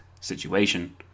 situation